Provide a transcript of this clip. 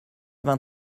vingt